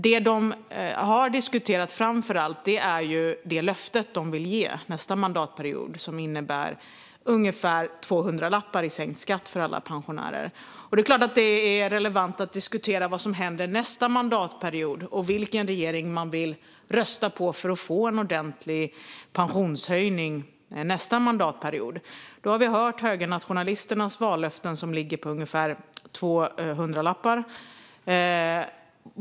Det de framför allt har diskuterat är det löfte de vill ge för nästa mandatperiod som innebär ungefär två hundralappar i sänkt skatt för alla pensionärer. Det är klart att det är relevant att diskutera vad som händer nästa mandatperiod och vilken regering man vill rösta på för att få en ordentlig pensionshöjning nästa mandatperiod. Vi har hört högernationalisternas vallöften som ligger på ungefär två hundralappar.